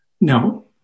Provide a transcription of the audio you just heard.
No